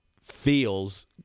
feels